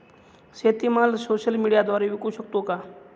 शेतीमाल सोशल मीडियाद्वारे विकू शकतो का?